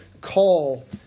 call